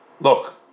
look